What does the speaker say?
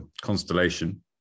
Constellation